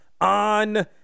on